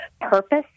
purpose